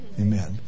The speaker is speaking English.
Amen